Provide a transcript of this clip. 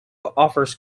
offers